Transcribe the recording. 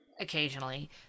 occasionally